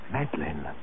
Madeline